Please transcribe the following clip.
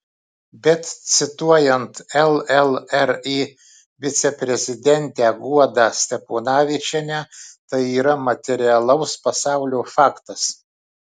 bet cituojant llri viceprezidentę guodą steponavičienę tai yra materialaus pasaulio faktas